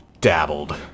Dabbled